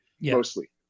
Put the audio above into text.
Mostly